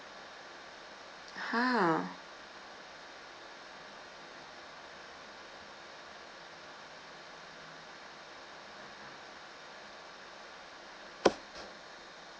!huh!